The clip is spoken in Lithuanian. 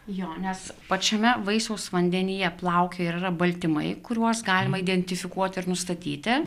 jo nes pačiame vaisiaus vandenyje plaukioja ir yra baltymai kuriuos galima identifikuoti ir nustatyti